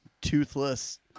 toothless